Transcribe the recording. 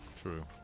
True